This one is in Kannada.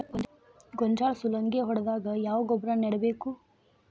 ಗೋಂಜಾಳ ಸುಲಂಗೇ ಹೊಡೆದಾಗ ಯಾವ ಗೊಬ್ಬರ ನೇಡಬೇಕು?